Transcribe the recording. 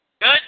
Good